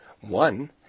One